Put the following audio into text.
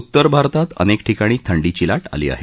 उतर भारतात अनेक ठिकाणी थंडीची लाट आली आहे